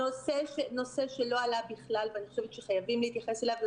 נושא שלא עלה ואני חושבת שחייבים להתייחס אליו,